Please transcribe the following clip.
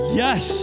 yes